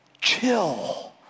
Chill